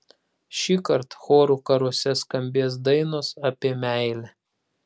šįkart chorų karuose skambės dainos apie meilę